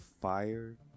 fire